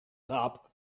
top